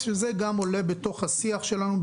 שזה גם עולה בתוך השיח שלנו,